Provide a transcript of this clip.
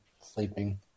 sleeping